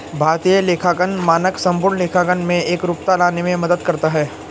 भारतीय लेखांकन मानक संपूर्ण लेखांकन में एकरूपता लाने में मदद करता है